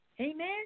Amen